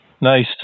nice